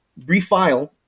refile